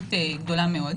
חשיבות גדולה מאוד.